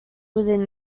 within